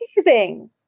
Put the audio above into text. amazing